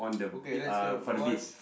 okay let's count one